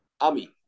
Ami